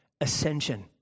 ascension